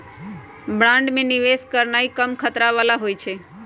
bond में निवेश करनाइ कम खतरा बला होइ छइ